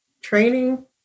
training